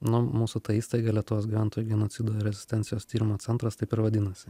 nu mūsų ta įstaiga lietuvos gyventojų genocido ir rezistencijos tyrimų centras taip ir vadinasi